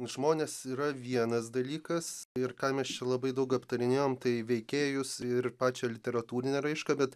žmonės yra vienas dalykas ir ką mes čia labai daug aptarinėjom tai veikėjus ir pačią literatūrinę raišką bet